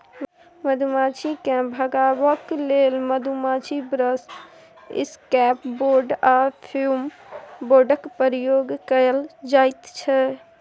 मधुमाछी केँ भगेबाक लेल मधुमाछी ब्रश, इसकैप बोर्ड आ फ्युम बोर्डक प्रयोग कएल जाइत छै